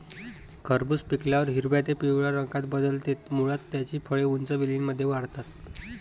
खरबूज पिकल्यावर हिरव्या ते पिवळ्या रंगात बदलते, मुळात त्याची फळे उंच वेलींमध्ये वाढतात